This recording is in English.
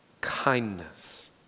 kindness